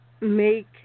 make